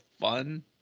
fun